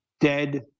Dead